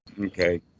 Okay